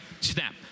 snap